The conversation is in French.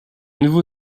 nouveau